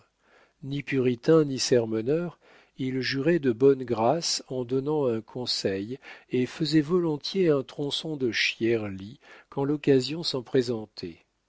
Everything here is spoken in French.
puritain ni sermonneur il jurait de bonne grâce en donnant un conseil et faisait volontiers un tronçon de chière lie quand l'occasion s'en présentait